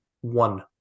one